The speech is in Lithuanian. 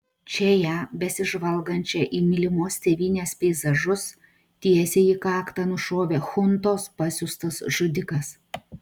čia ją besižvalgančią į mylimos tėvynės peizažus tiesiai į kaktą nušovė chuntos pasiųstas žudikas